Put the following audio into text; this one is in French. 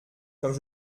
comme